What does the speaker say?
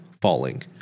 falling